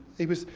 he was,